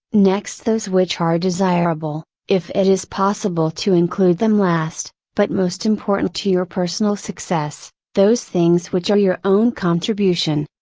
next those which are desirable, if it is possible to include them last, but most important to your personal success, those things which are your own contribution.